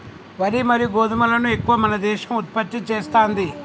వరి మరియు గోధుమలను ఎక్కువ మన దేశం ఉత్పత్తి చేస్తాంది